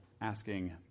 asking